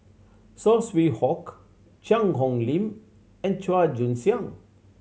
Saw Swee Hock Cheang Hong Lim and Chua Joon Siang